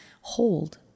hold